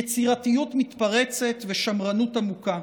יצירתיות מתפרצת ושמרנות עמוקה.